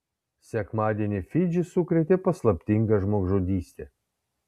sekmadienį fidžį sukrėtė paslaptinga žmogžudystė